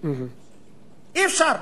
אי-אפשר.